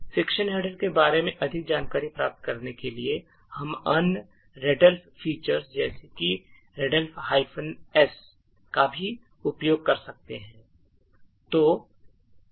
section header के बारे में अधिक जानकारी प्राप्त करने के लिए हम अन्य readelf features जैसे कि readelf S का भी उपयोग कर सकते हैं